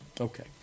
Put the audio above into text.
Okay